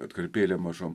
atkarpėlėm mažom